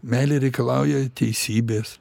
meilė reikalauja teisybės